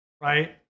right